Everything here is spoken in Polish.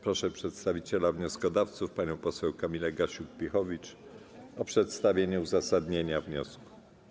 Proszę przedstawiciela wnioskodawców panią poseł Kamilę Gasiuk-Pihowicz o przedstawienie uzasadnienia wniosku.